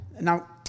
now